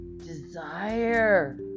desire